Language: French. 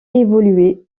évoluer